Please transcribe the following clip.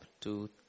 two